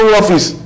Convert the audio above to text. office